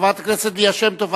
חברת הכנסת ליה שמטוב.